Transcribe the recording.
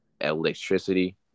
electricity